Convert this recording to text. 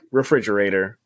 refrigerator